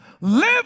Live